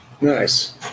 Nice